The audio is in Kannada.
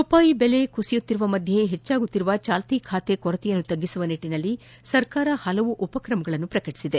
ರೂಪಾಯಿ ಮೌಲ್ತ ಕುಸಿಯುತ್ತಿರುವ ಮಧ್ಯೆ ಹೆಚ್ಚುತ್ತಿರುವ ಜಾಲ್ತಿ ಖಾತೆ ಕೊರತೆ ತಗ್ಗಿಸುವ ನಿಟ್ಟಿನಲ್ಲಿ ಸರ್ಕಾರ ಉಪಕ್ರಮಗಳನ್ನು ಪ್ರಕಟಿಸಿದೆ